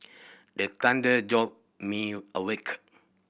the thunder jolt me awake